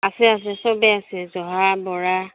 আছে আছে সবেই আছে জহা বৰা